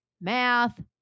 math